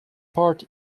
part